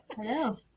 hello